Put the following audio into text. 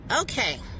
Okay